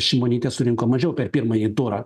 šimonytė surinko mažiau per pirmąjį turą